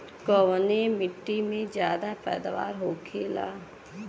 कवने मिट्टी में ज्यादा पैदावार होखेला?